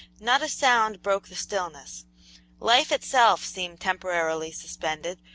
not a sound broke the stillness life itself seemed temporarily suspended,